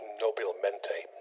nobilmente